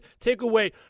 takeaway